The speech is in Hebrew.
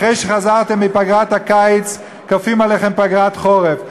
אחרי שחזרתם מפגרת הקיץ כופים עליכם פגרת חורף.